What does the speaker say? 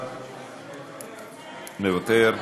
מוותר,